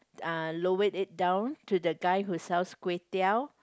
uh lowered it down to the guy who sells Kway-Teow